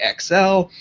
XL